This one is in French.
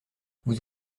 vous